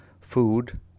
food